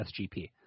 SGP